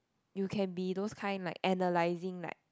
you can be those kind like analysing like